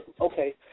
okay